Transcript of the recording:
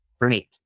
Great